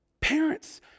Parents